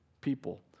people